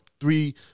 three